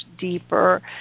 deeper